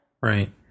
Right